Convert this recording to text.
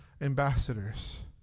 ambassadors